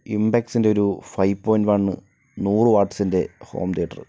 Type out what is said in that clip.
ഇമ്പെക്സിൻ്റെ ഒരു five point one നൂറ് വാട്സിൻ്റെ ഹോം തിയേറ്റർ